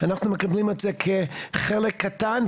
אנחנו מקבלים את זה כחלק קטן,